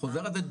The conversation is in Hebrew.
החוזר הזה,